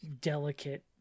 delicate